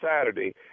Saturday